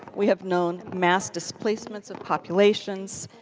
we have known mass displacement of populations,